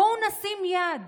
בואו נשים יד,